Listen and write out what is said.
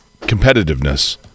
competitiveness